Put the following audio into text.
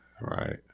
right